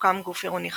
הוקם גוף עירוני חדש,